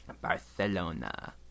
Barcelona